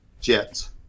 Jets